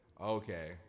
okay